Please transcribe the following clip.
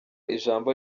ijambo